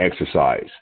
exercise